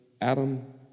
Adam